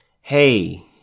Hey